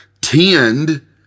tend